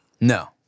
No